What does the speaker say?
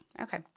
Okay